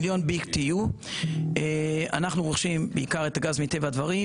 מיליון BTU. אנחנו רוכשים בעיקר את גז מטבע הדברים,